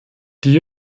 die